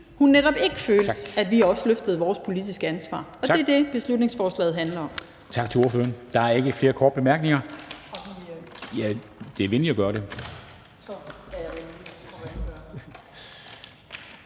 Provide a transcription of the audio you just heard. hun netop ikke følte, at vi også løftede vores politiske ansvar. Det er det, beslutningsforslaget handler om.